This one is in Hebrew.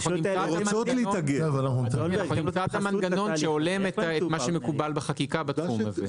אבל אדוני אנחנו נמצא את המנגנון שהולם את מה שמקובל בחקיקה בתחום הזה.